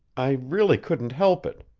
i really couldn't help it.